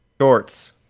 shorts